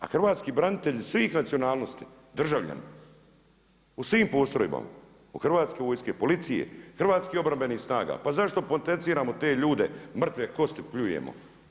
A hrvatski branitelji svih nacionalnosti, državljani, u svim postrojbama u hrvatske vojske, policije, hrvatskih obrambenih snaga, pa zašto potenciramo te ljude, mrtve kosti pljujemo.